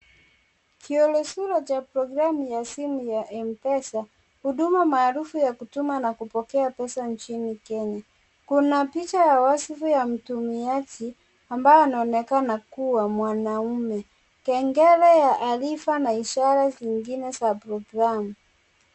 Kielesola cha programu ya simu ya mpesa huduma maarufu ya kutuma na kupokea pesa nchini kenya. Kuna picha ya wasifu ya mtumiaji ambaye anaonekana kuwa mwanaume, kengele ya arifa na ishara zingine za programu.